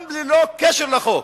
גם ללא קשר לחוק.